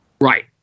Right